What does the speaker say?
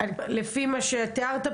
אני רק שואלת מה הדלתא,